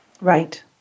Right